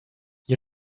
you